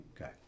Okay